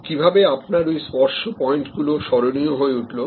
কিভাবে আপনার ওই স্পর্শ পয়েন্টগুলো স্মরণীয় হয়ে উঠলো